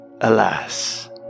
Alas